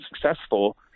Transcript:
successful